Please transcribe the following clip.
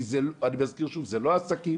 כי אני מזכיר שוב, זה לא עסקים,